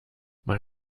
man